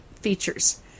features